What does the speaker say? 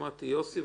חברים,